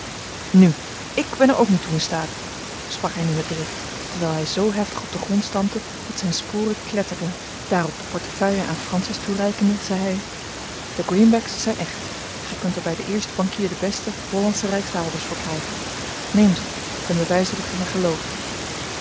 nu ik ben er ook niet toe in staat sprak hij nu met drift terwijl hij zoo heftig op den grond stampte dat zijn sporen kletterden daarop de portefeuille aan francis toereikende zei hij de greenbacks zijn echt gij kunt er bij den eersten bankier den besten hollandsche rijksdaalders voor krijgen neem ze ten bewijze dat gij mij gelooft